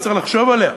וצריך לחשוב עליה: